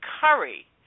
Curry